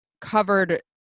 covered